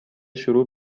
شروع